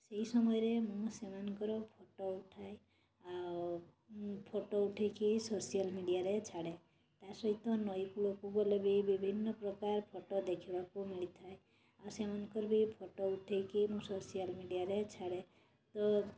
ସେଇ ସମୟରେ ମୁଁ ସେମାନଙ୍କର ଫଟୋ ଉଠାଏ ଆଉ ଫଟୋ ଉଠାଇକି ସୋସିଆଲ୍ ମିଡ଼ିଆରେ ଛାଡ଼େ ତା ସହିତ ନଈକୂଳକୁ ଗଲେ ବି ବିଭିନ୍ନ ପ୍ରକାର ଫଟୋ ଦେଖିବାକୁ ମିଳିଥାଏ ଆଉ ସେମାନଙ୍କର ବି ଫଟୋ ଉଠାଇକି ମୁଁ ସୋସିଆଲ୍ ମିଡ଼ିଆରେ ଛାଡ଼େ ତ